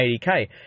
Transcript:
80K